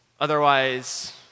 Otherwise